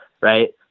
right